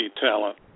talent